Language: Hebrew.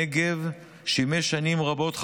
הנגב שימש שנים רבות,